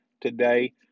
today